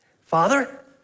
Father